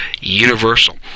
universal